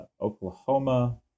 Oklahoma